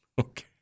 okay